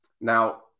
Now